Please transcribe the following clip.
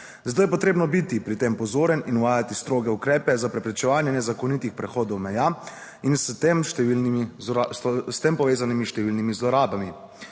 zato je potrebno biti pri tem pozoren in uvajati stroge ukrepe za preprečevanje nezakonitih prehodov meja in s številnimi, s tem povezanimi številnimi zlorabami.